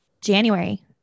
January